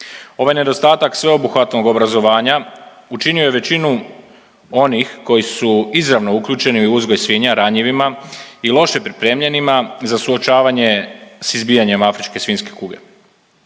Ovaj nedostatak sveobuhvatnog obrazovanja učinio je većinu onih koji su izravno uključeni u uzgoj svinja ranjivima i loše pripremljenima za suočavanje s izbijanjem afričke svinjske kuge.